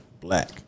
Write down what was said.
black